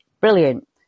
Brilliant